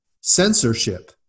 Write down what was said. censorship